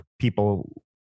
people